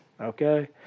okay